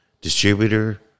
Distributor